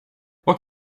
what